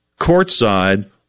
courtside